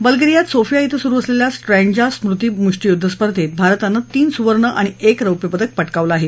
बल्गेरियात Sofia इथं सुरू असलेल्या स्ट्रॅन्डजा स्मृती मुष्टियुद्ध स्पधेंत भारतानं तीन सुवर्ण आणि एक रौप्यपदक पटकावलं आहे